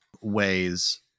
ways